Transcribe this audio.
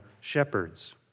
shepherds